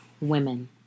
women